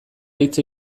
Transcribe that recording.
hitz